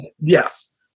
Yes